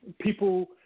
people